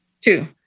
Two